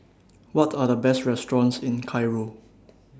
What Are The Best restaurants in Cairo